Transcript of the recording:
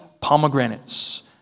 pomegranates